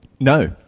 No